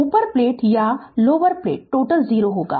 अपर plate या lower plate total 0 होगा